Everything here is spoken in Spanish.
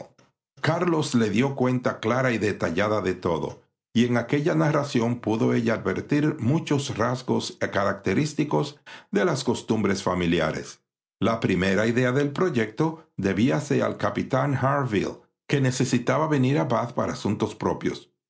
carlos le dió cuenta clara y detallada de todo y en aquella narración pudo ella advertir muchos rasgos característicos de las costumbres familiares la primera idea del proyecto debíase al capitán harville que necesitaba venir a bath para asuntos propios